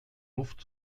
luft